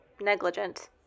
negligent